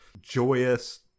joyous